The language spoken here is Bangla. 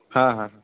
হ্যাঁ হ্যাঁ